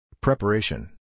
Preparation